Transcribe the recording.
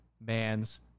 man's